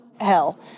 hell